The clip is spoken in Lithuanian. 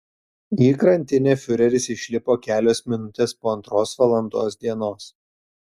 į krantinę fiureris išlipo kelios minutės po antros valandos dienos